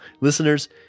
listeners